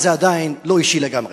אבל זה בכל זאת לא אישי לגמרי.